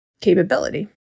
capability